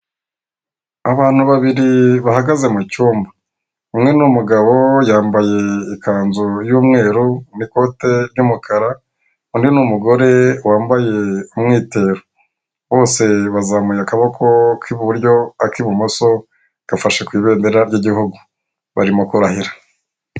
Abantu babiri bahagaze mu cyumba, umwe ni umugabo yambaye ikanzu y’umweru n’ikote ry’umukara, undi ni n’umugore wambaye umwitero, bose bazamuye akaboko k’iburyo ak’ibumoso, gafashe ku ibendera ry’igihugu, barimo kurahira.